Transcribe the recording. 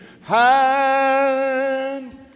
hand